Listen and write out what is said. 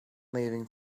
leaving